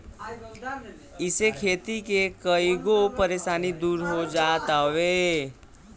इसे खेती के कईगो परेशानी दूर हो जात हवे